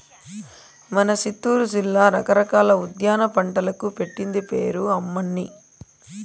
మన సిత్తూరు జిల్లా రకరకాల ఉద్యాన పంటలకు పెట్టింది పేరు అమ్మన్నీ